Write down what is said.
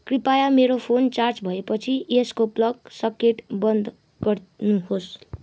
कृपया मेरो phone charge भएपछि यसको प्लग सकेट बन्द गर्नुहोस्